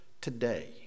today